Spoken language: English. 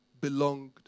belonged